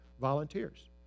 volunteers